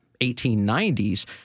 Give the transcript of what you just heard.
1890s